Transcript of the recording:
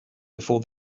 before